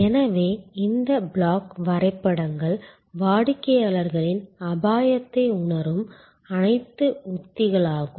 எனவே இந்த பிளாக் வரைபடங்கள் வாடிக்கையாளரின் அபாயத்தை உணரும் அனைத்து உத்திகளாகும்